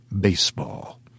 Baseball